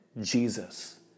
Jesus